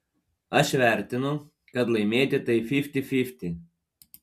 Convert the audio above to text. aš vertinu kad laimėti tai fifty fifty